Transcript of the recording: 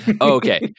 Okay